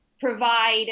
provide